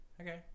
Okay